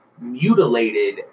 Mutilated